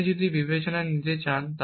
আপনি যদি এটি বিবেচনায় নিতে চান